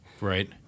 Right